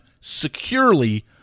securely